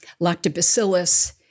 lactobacillus